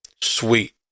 sweet